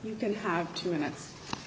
you can have two minutes